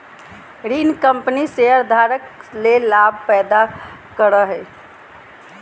ऋण कंपनी शेयरधारक ले लाभ पैदा करो हइ